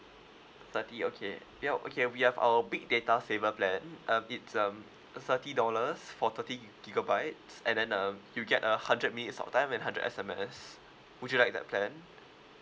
thirty okay well okay we have our big data saver plan um it's um uh thirty dollars for thirty gi~ gigabytes and then um you get a hundred minutes talk time and hundred S_M_S would you like that plan